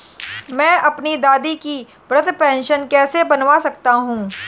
मैं अपनी दादी की वृद्ध पेंशन कैसे बनवा सकता हूँ?